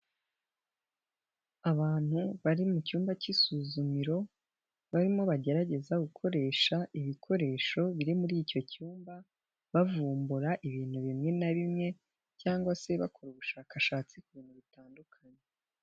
Abantu bari mu cyumba cy'isuzumiro barimo bagerageza gukoresha ibikoresho biri muri icyo cyumba bavumbura ibintu bimwe na bimwe, cyangwa se bakora ubushakashatsi ku bintu bitandukanye.